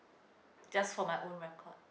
just for my own record